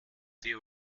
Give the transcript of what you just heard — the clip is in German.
dir